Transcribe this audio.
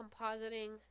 compositing